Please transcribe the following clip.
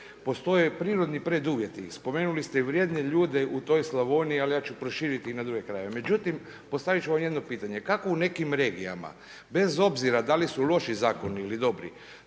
postoje prirodni preduvjeti. Spomenuli ste vrijedne ljude u toj Slavoniji, ali ja ću proširiti i na druge krajeve. Međutim, postavit ću vam jedno pitanje. Kako u nekim regijama bez obzira da li su loši zakoni ili dobri,